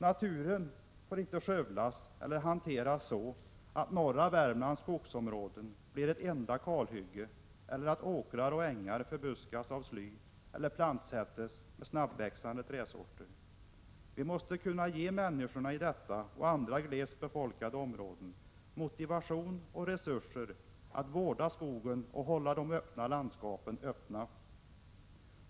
Naturen får inte skövlas eller hanteras så, att norra Värmlands skogsområden blir ett enda kalhygge eller att åkrar och ängar förbuskas av sly eller plantsätts med snabbväxande trädsorter. Vi måste kunna ge människorna i detta och andra glest befolkade områden motivation och resurser att vårda skogen och hålla landskapet öppet.